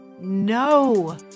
no